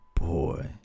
boy